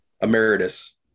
Emeritus